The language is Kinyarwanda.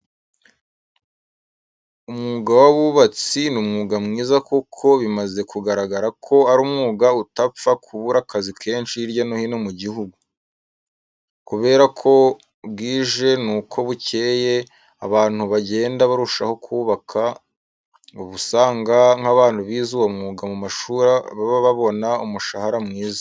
Umwuga w'ubaubatsi ni umwuga mwiza kuko bimaze kugaragara ko ari umwuga utapfa kubura akazi kenshi hirya no hino mu gihugu. Kubera ko uko bwije n'uko bukeye abantu bagenda barushaho kubaka. Uba usanga kandi nk'abantu bize uwo mwuga mu mashuri baba babona umushahara mwiza.